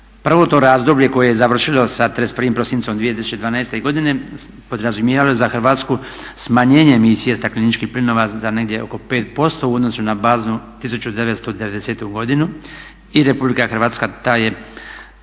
Prvo to razdoblje koje je završilo sa 31.12.2012. godine podrazumijevalo je za Hrvatsku smanjenje emisije stakleničkih plinova za negdje oko 5% u odnosu na baznu 1990. godinu i Republika Hrvatska taj